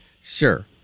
Sure